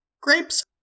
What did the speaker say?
grapes